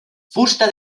fusta